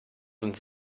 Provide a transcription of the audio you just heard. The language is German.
sind